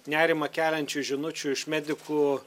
nerimą keliančių žinučių iš medikų